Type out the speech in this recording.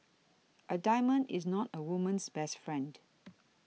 a diamond is not a woman's best friend